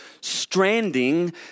stranding